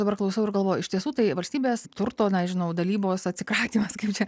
dabar klausau ir galvo iš tiesų tai valstybės turto na žinau dalybos atsikratymas kaip čia